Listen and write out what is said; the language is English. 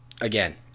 Again